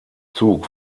zug